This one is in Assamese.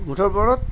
মুঠৰ ওপৰত